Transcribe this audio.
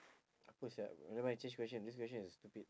apa sia nevermind I change question this question is stupid